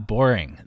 Boring